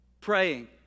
praying